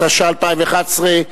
התשע"א 2011,